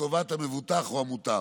לטובת המבוטח או המוטב.